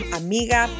amiga